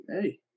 Hey